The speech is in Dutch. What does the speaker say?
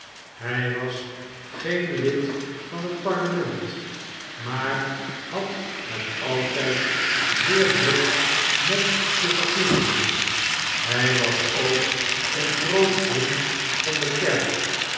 hij was geen lid van het parlement maar had het altijd zeer druk met de verkiezingen hij was ook een eroot vriend van de kerk